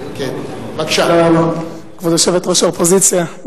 --- כבוד יושבת-ראש האופוזיציה,